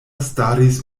staris